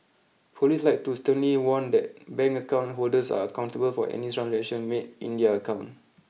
police like to sternly warn that bank account holders are accountable for any transaction made in their account